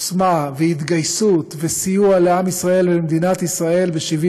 עוצמה והתגייסות וסיוע לעם ישראל ולמדינת ישראל גדול יותר,